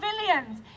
civilians